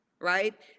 right